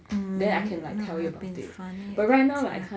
mm not really funny at that time